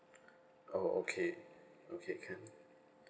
oh okay okay can